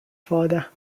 father